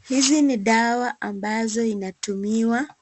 Hizi ni dawa ambazo inatumiwa